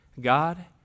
God